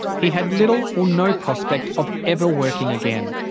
he had little or no prospect of ever working again.